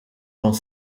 dans